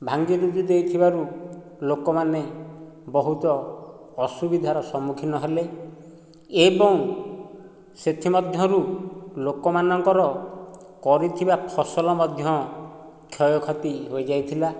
ଭାଙ୍ଗି ରୁଜି ଦେଇଥିବାରୁ ଲୋକମାନେ ବହୁତ ଅସୁବିଧାର ସମ୍ମୁଖୀନ ହେଲେ ଏବଂ ସେଥିମଧ୍ୟରୁ ଲୋକ ମାନଙ୍କର କରିଥିବା ଫସଲ ମଧ୍ୟ କ୍ଷୟକ୍ଷତି ହୋଇଯାଇଥିଲା